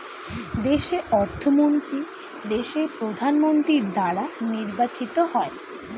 দেশের অর্থমন্ত্রী দেশের প্রধানমন্ত্রী দ্বারা নির্বাচিত হয়